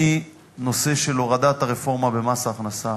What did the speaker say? מנושא של הורדת הרפורמה במס הכנסה